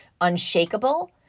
unshakable